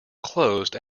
closed